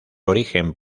origen